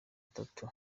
atatu